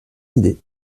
idée